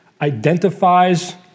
identifies